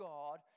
God